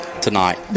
tonight